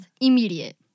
Immediate